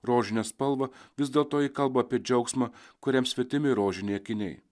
rožinę spalvą vis dėlto ji kalba apie džiaugsmą kuriam svetimi rožiniai akiniai